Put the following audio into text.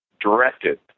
directed